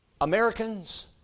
Americans